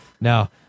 Now